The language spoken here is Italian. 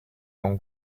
non